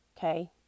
Okay